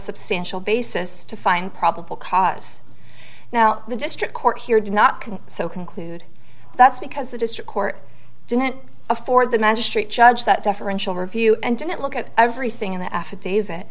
substantial basis to find probable cause now the district court here did not can conclude that's because the district court didn't afford the magistrate judge that deferential review and didn't look at everything in the affidavit